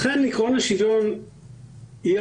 לעקרון השוויון יהיה